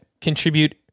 contribute